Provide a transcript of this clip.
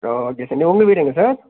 ஆ okay sir உங்க வீடு எங்கே சார்